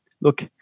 look